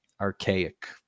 archaic